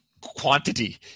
quantity